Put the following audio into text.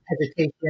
hesitation